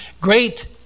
great